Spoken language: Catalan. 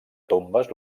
tombes